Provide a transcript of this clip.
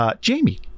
Jamie